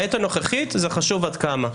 בעת הנוכחית זה חשוב פי כמה.